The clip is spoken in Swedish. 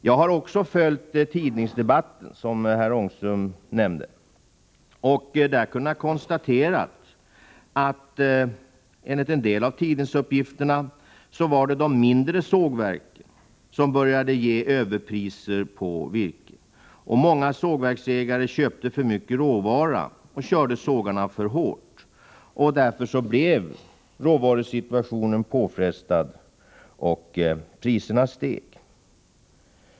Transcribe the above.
Jag har också följt den tidningsdebatt som herr Ångström nämnde. Enligt en del av tidningsuppgifterna var det de mindre sågverken som började betala överpriser på virke. Många sågverksägare köpte för mycket råvara och körde sågarna för hårt. Därför blev råvarusituationen påfrestad, och priserna 87 steg.